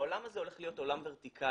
העולם הזה הולך להיות עולם ורטיקלי.